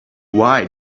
why